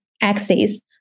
axis